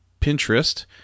Pinterest